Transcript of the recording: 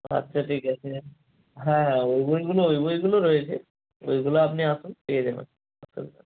আচ্ছা ঠিক আছে হ্যাঁ হ্যাঁ ওই বইগুলো ওই বইগুলো রয়েছে ওইগুলো আপনি আসুন পেয়ে যাবেন অসুবিধা নেই